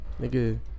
Nigga